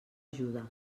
ajuda